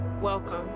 welcome